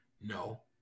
No